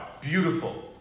beautiful